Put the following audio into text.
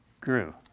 grew